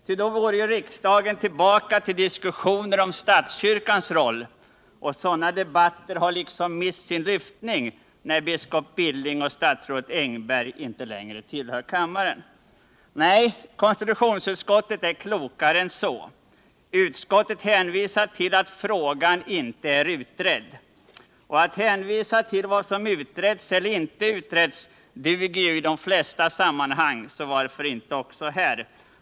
Ty då vore ju riksdagen tillbaka till diskussionerna om statskyrkans roll, och sådana debatter har liksom mist sin lyftning när biskop Billing och statsrådet Engberg inte längre tillhör kammaren. Nej, konstitutionsutskottet är klokare än så. Utskottet hänvisar till att frågan inte är utredd. Att hänvisa till vad som utretts eller inte utretts duger ju i de flesta sammanhang, så varför inte också här.